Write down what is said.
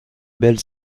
belles